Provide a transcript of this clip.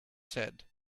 said